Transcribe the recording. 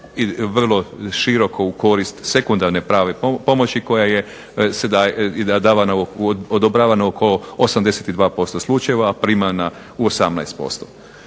vrlo široko u korist sekundarne pravne pomoći koja se daje, davana, odobravana oko 82% slučajeva, a primana u 18%